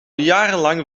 jarenlang